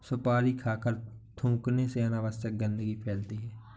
सुपारी खाकर थूखने से अनावश्यक गंदगी फैलती है